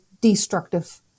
destructive